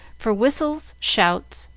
for whistles, shouts,